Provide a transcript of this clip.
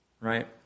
right